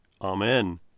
Amen